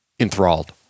enthralled